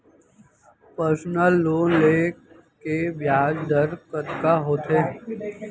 Personal loan ले के ब्याज दर कतका होथे?